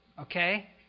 Okay